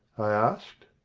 i asked.